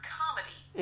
comedy